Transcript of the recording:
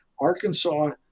Arkansas